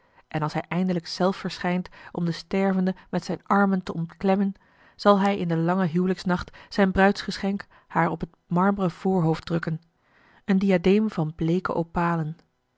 en als hij eindelijk zelf verschijnt om de stervende met zijn armen te omklemmen zal hij in den langen huwelijksnacht zijn bruidsgeschenk haar op het marmeren voorhoofd drukken een diadeem van bleeke opalen